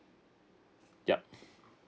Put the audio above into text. yup